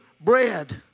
bread